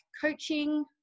coaching